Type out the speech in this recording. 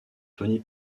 tony